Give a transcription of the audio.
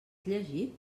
llegit